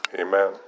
Amen